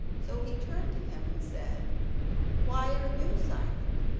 so he turned to him and said why are you silent?